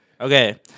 Okay